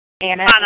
Anna